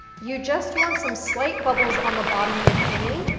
you just want some slight bubbles on the bottom if any,